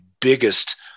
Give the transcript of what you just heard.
biggest